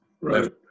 Right